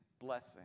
blessing